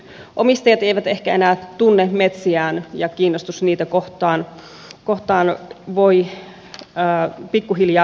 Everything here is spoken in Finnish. omistajat eivät ehkä enää tunne metsiään ja kiinnostus niitä kohtaan voi pikkuhiljaa hiipua